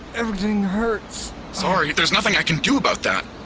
everything hurts sorry, there's nothing i can do about that